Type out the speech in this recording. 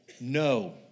No